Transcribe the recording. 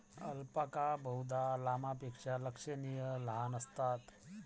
alpaca बहुधा लामापेक्षा लक्षणीय लहान असतात